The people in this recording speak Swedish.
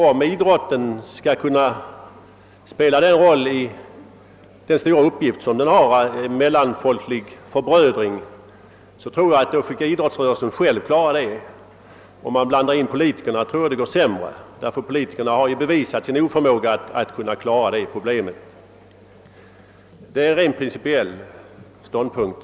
Om idrotten skall kunna spela den roll den har för mellanfolklig förbrödring tror jag att idrottsrörelsen själv bör klara den frågan. Om man blandar in politikerna går det enligt min mening sämre. Politikerna har ju bevisat sin oförmåga att kunna klara det problemet. — Det är min rent principiella ståndpunkt.